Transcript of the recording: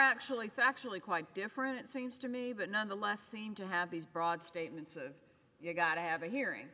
actually actually quite different seems to me but nonetheless seem to have these broad statements you've got to have a hearing